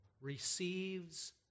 receives